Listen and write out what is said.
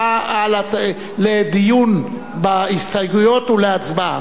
לדיון בהסתייגויות ולהצבעה.